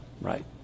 Right